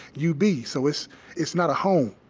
you be. so it's it's not a home